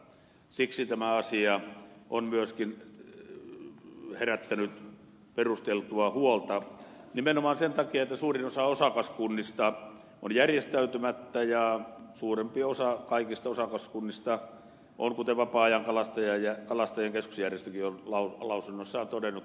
siksi tämä asia on myöskin herättänyt perusteltua huolta nimenomaan sen takia että suurin osa osakaskunnista on järjestäytymättä ja suurempi osa kaikista osakaskunnista toimimattomia kuten vapaa ajankalastajien keskusjärjestökin on lausunnossaan todennut